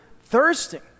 thirsting